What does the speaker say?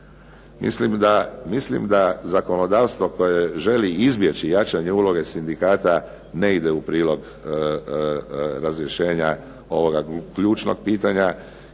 Mislim da zakonodavstvo želi izbjeći jačanje uloge sindikata ne ide u prilog razrješenja ovoga ključnog pitanja.